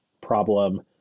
problem